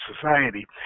society